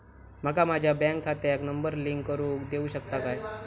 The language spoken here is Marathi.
माका माझ्या बँक खात्याक नंबर लिंक करून देऊ शकता काय?